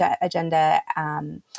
agenda